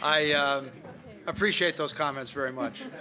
i appreciate those comments very much.